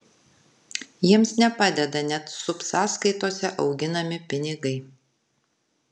jiems nepadeda net subsąskaitose auginami pinigai